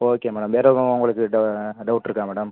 okay madam வேறு எதுவும் உங்களுக்கு ட டவுட் இருக்கா மேடம்